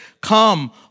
come